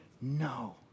No